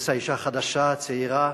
נכנסה אשה חדשה, צעירה,